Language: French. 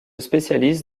spécialise